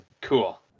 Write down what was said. Cool